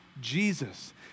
Jesus